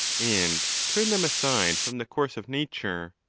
and turn them aside from the course of nature,